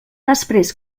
després